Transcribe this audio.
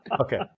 Okay